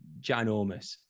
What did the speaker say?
ginormous